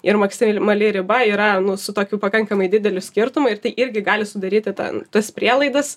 ir maksimali riba yra su tokiu pakankamai dideliu skirtumu ir tai irgi gali sudaryti ten tas prielaidas